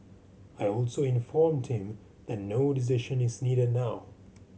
I also informed him that no decision is needed now